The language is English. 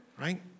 right